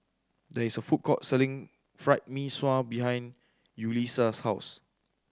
there is a food court selling Fried Mee Sua behind Yulisa's house